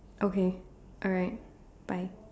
okay alright bye